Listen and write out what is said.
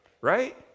right